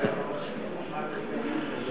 מבקש.